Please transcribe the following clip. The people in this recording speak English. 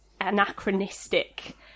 anachronistic